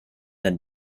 then